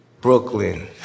Brooklyn